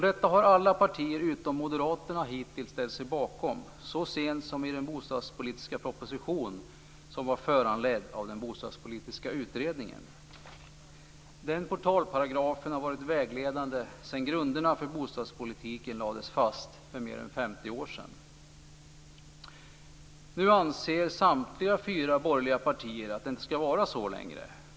Detta har alla partier, utom Moderaterna, hittills ställt sig bakom så sent som i den bostadspolitiska propositionen, som var föranledd av den bostadspolitiska utredningen. Denna portalparagraf har varit vägledande sedan grunderna för bostadspolitiken lades fast för mer än Nu anser samtliga fyra borgerliga partier att det inte skall vara så längre.